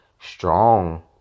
Strong